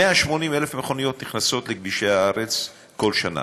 180,000 מכוניות נכנסות לכבישי הארץ כל שנה,